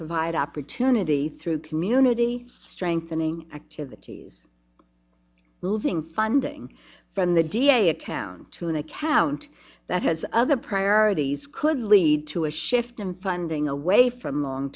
provide opportunity through community strengthening activities moving funding from the d a account to an account that has other priorities could lead to a shift in funding away from long